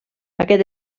aquest